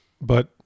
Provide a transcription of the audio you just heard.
But-